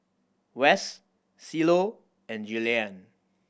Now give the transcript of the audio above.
Wes Cielo and Julianne